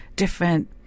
different